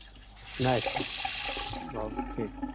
नहि सर बहुत ठीक